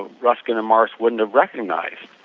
ruskin and morris wouldn't have recognized.